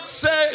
say